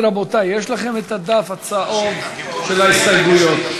אמרתי, רבותי, יש לכם הדף הצהוב של ההסתייגויות.